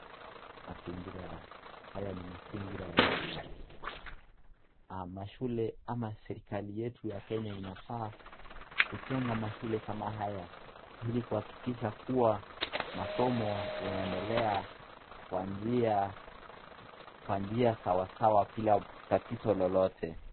Mazingira, haya ni mazingira ya shule. Serikali yetu ya Kenya inafaa kujenga mashule kama haya ili kuhakikisha kuwa masomo unaendelea kwa njia sawasawa bila tatizo lolote.